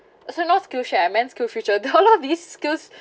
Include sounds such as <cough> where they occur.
so skills future <laughs> there are a lot of these skills